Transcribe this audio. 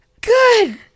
good